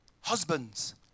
Husbands